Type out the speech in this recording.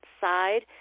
side